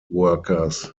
workers